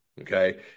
Okay